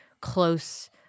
close